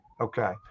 Okay